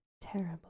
terrible